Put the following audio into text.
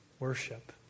worship